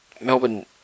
Melbourne